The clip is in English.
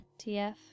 TF